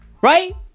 Right